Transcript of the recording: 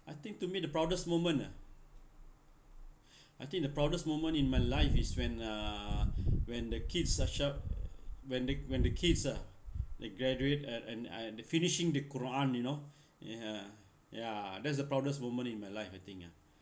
I think to me the proudest moment ah I think the proudest moment in my life is when uh when the kids are sha~ when the when the kids uh like graduate at an uh the finishing the quran you know ya ya that's the proudest moment in my life I think ah